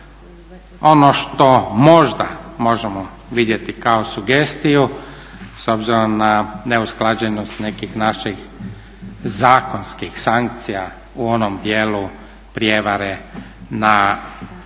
ono što možda možemo vidjeti kao sugestiju s obzirom na neusklađenost nekih naših zakonskih sankcija u onom dijelu prijevare na